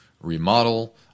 remodel